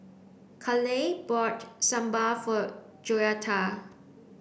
Kayleigh bought Sambar for Joetta